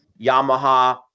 yamaha